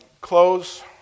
close